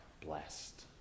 blessed